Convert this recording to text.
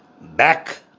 back